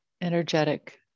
energetic